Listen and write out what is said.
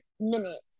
minutes